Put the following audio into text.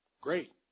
great